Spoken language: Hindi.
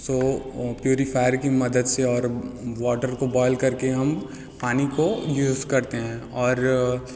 सो प्यूरीफ़ायर की मदद से और वाटर को बॉएल करके हम पानी को यूज़ करते हैं और